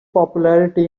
popularity